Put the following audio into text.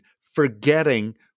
forgetting